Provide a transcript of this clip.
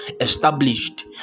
established